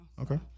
Okay